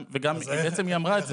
היא אמרה את זה.